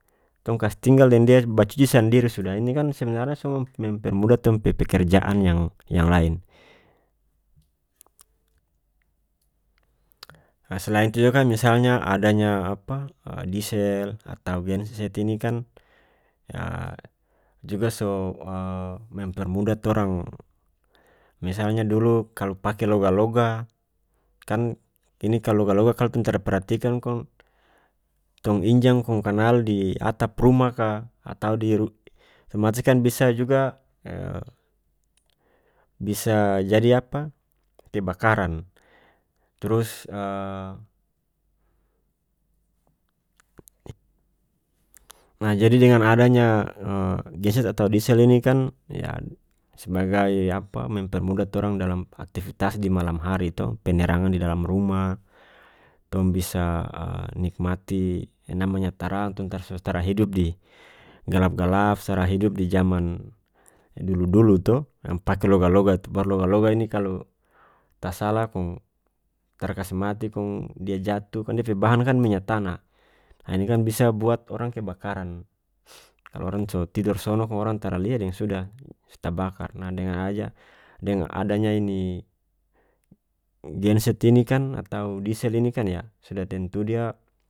Tong kas tinggal deng dia bacuci sandiri sudah ini kan sebenarnya so mempermudah tong pe pekerjaan yang- yang lain ah selain itu juga kan misalnya adanya apa disel atau genset ini kan yah juga so mempermudah torang misalnya dulu kalu pake loga-loga kan ini kalu loga-loga kalu tong perhatikan kong tong injang kong kanal di atap rumah ka atau di ru otomatis kan bisa juga bisa jadi apa pembakaran trus nah jadi dengan adanya genset atau disel ini kan yah sbagai apa mempermudah torang dalam aktifitas di malam hari to penerangan di dalam rumah tong bisa nikmati namanya tara tong so tara hidup di galap-galap so tara hidup di jaman dulu-dulu to yang pake loga-loga tu baru loga-loga ini kalu tasalah kong tara kase mati kong dia jatuh kong dia pe bahan kan minya tanah ah ini kan bisa buat orang kebakaran kalu orang so tidor sono kong orang tara lia deng sudah s tabakar nah dengan aja deng adanya ini genset ini kan atau disel ini kan yah sudah tentu dia.